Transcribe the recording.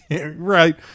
right